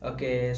Okay